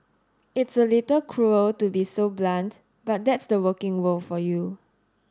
it's a little cruel to be so blunt but that's the working world for you